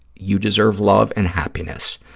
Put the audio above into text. you deserve love and happiness.